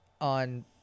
on